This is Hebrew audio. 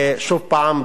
שוב הפעם,